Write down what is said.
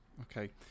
okay